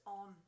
on